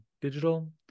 digital